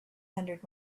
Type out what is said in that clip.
hundred